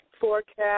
forecast